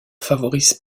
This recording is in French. favorise